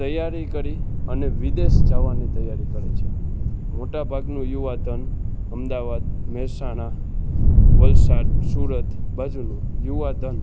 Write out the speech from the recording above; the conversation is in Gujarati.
તૈયારી કરી અને વિદેશ જવાની તૈયારી કરે છે મોટા ભાગનું યુવાધન અમદાવાદ મહેસાણા વલસાડ સુરત બાજુનું યુવાધન